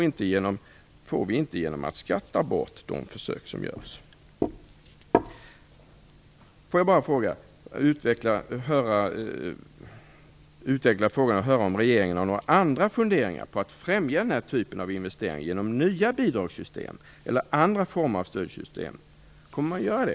Det får vi inte genom att skatta bort de försök som görs. Jag vill bara utveckla frågan och höra om regeringen har några andra funderingar på att främja den här typen av investeringar genom nya bidragssystem eller andra former av stödsystem. Kommer man att göra det?